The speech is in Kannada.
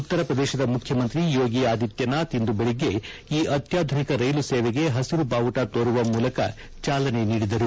ಉತ್ತರ ಪ್ರದೇಶದ ಮುಖ್ಯಮಂತ್ರಿ ಯೋಗಿ ಆದಿತ್ಯನಾಥ್ ಇಂದು ಬೆಳಿಗ್ಗೆ ಈ ಅತ್ಯಾಧುನಿಕ ರೈಲು ಸೇವೆಗೆ ಹಸಿರು ಬಾವುಟ ತೋರುವ ಮೂಲಕ ಚಾಲನೆ ನೀಡಿದರು